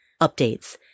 updates